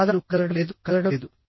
పాదాలు కదలడం లేదు కదలడం లేదు